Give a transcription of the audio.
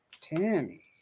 Tammy